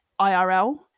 IRL